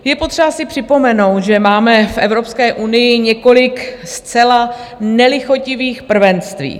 Je potřeba si připomenout, že máme v Evropské unii několik zcela nelichotivých prvenství.